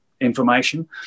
information